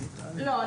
לא.